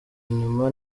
nyuma